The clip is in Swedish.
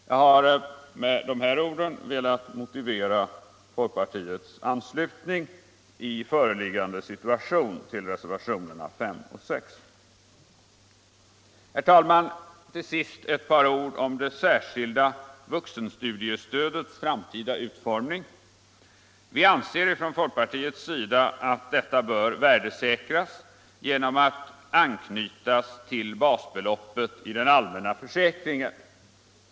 Jag har med dessa ord velat motivera folkpartiets anslutning i föreliggande situation till reservationerna 5 och 6. Herr talman! Till sist några ord om det särskilda vuxenstudiestödets framtida utformning. Vi anser från folkpartiets sida att detta bör värdesäkras genom att anknytas till basbeloppet i den allmänna försäkringen.